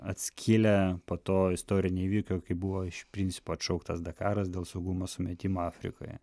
atskilę po to istorinio įvykio kai buvo iš principo atšauktas dakaras dėl saugumo sumetimų afrikoje